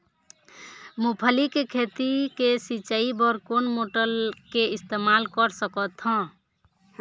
मूंगफली के खेती के सिचाई बर कोन मोटर के इस्तेमाल कर सकत ह?